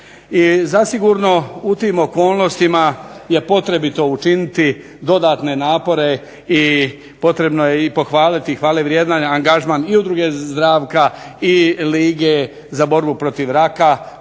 zasigurno u tim okolnostima je potrebito učiniti dodatne napore i potrebno je i pohvaliti hvalevrijedan angažman i udruge …/Ne razumije se./… i lige za borbu protiv raka,